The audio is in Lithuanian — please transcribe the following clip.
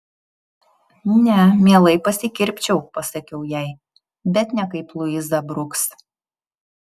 ne mielai pasikirpčiau pasakiau jai bet ne kaip luiza bruks